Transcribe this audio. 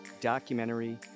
documentary